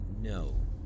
No